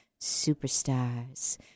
Superstars